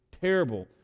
terrible